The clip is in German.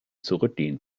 zurückgehen